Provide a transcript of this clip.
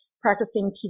Practicing